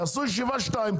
תעשו ישיבה-שתיים,